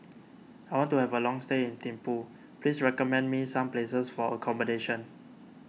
I want to have a long stay in Thimphu please recommend me some places for accommodation